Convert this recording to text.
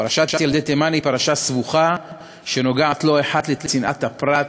פרשת ילדי תימן היא פרשה סבוכה שקשורה לא אחת לצנעת הפרט,